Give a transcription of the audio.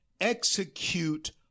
execute